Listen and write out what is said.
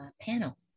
panel